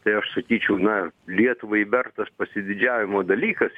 tai aš sakyčiau na lietuvai vertas pasididžiavimo dalykas